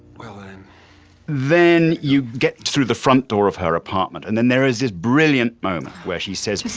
well, and then you get through the front door of her apartment and then there is this brilliant moment where she says,